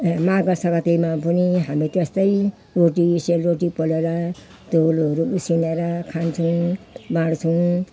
माघे सग्राँतीमा पनि हामी त्यस्तै रोटी सेलरोटी पोलेर तरुलहरू उसिनेर खान्छौँ बाँडछौँ